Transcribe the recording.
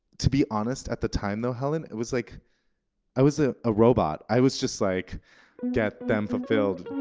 to be honest, at the time though, helen, it was like i was a ah robot. i was just like get! them! fulfilled!